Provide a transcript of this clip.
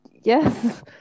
yes